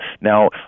now